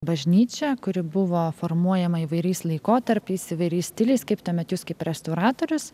bažnyčia kuri buvo formuojama įvairiais laikotarpiais įvairiais stiliais kaip tuomet jūs kaip restauratorius